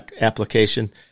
application